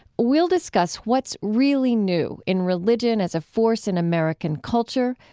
we'll discuss what's really new in religion as a force in american culture,